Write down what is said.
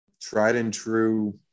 tried-and-true